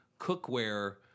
cookware